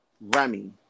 Remy